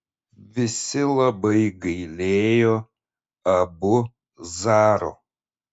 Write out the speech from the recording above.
visi labai gailėjo abu zaro